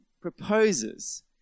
proposes